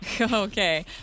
Okay